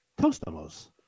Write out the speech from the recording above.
Toastamos